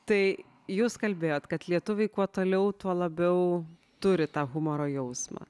tai jūs kalbėjot kad lietuviai kuo toliau tuo labiau turi tą humoro jausmą